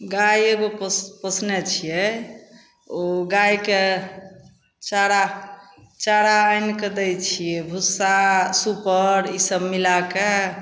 गाइ एगो पोस पोसने छिए ओ गाइके चारा चारा आनिके दै छिए भुस्सा सुपर ईसब मिलाके